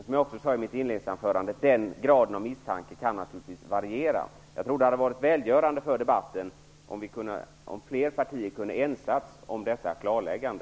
Som jag sade i mitt inledningsanförande kan graden av misstanke naturligtvis variera. Jag tror att det hade varit välgörande för debatten om fler partier hade kunnat enas om detta klarläggande.